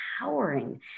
empowering